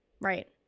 Right